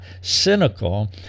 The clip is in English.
cynical